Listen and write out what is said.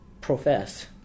profess